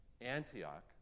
Antioch